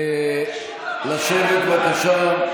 לשבת, בבקשה.